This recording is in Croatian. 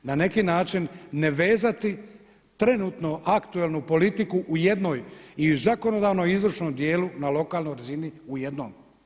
Na neki način ne vezati trenutno aktualnu politiku u jednoj i u zakonodavnoj i u izvršnom dijelu na lokalnoj razini u jednom.